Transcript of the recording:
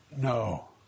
No